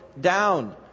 down